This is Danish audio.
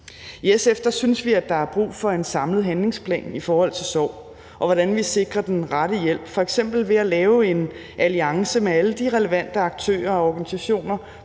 I SF synes vi, der er brug for en samlet handlingsplan i forhold til sorg, og hvordan vi sikrer den rette hjælp, f.eks. ved at lave en alliance med alle de relevante aktører og organisationer